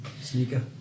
sneaker